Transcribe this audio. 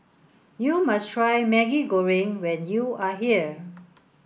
you must try Maggi Goreng when you are here